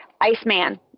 Iceman